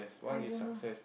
I don't know